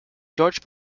jorge